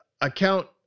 account